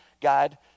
God